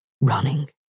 running